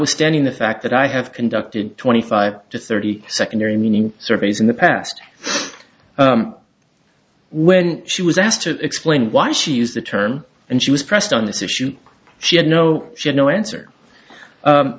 hstanding the fact that i have conducted twenty five to thirty secondary meaning surveys in the past when she was asked to explain why she used the term and she was pressed on this issue she had no she had no answer